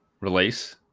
release